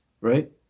right